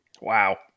Wow